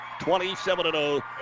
27-0